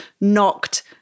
knocked